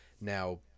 now